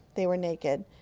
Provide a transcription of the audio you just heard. they were naked.